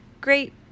great